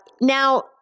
now